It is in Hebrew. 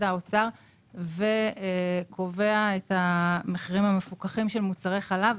האוצר קובע את המחירים המפוקחים של מחירי החלב.